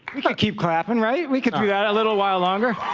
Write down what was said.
you can keep clapping, right? we can do that a little while longer.